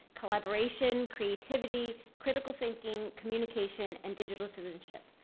collaboration, creativity, critical thinking, communication, and digital citizenship,